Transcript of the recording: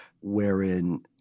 wherein